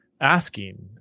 asking